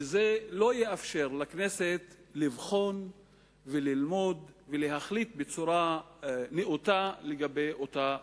וזה לא יאפשר לכנסת לבחון וללמוד ולהחליט בצורה נאותה לגבי אותה רפורמה.